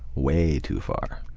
way too far.